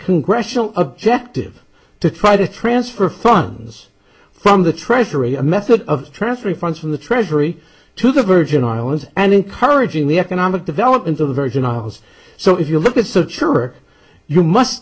congressional objective to try to transfer funds from the treasury a method of transferring funds from the treasury to the virgin islands and encouraging the economic development of the virgin islands so if you look at such sure you must